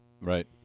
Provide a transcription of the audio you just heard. Right